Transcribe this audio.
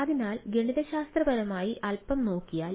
അതിനാൽ ഗണിതശാസ്ത്രപരമായി അല്പം നോക്കിയാൽ